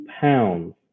pounds